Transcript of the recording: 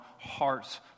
hearts